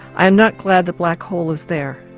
i'm not glad the black hole is there,